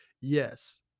Yes